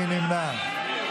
מי נמנע?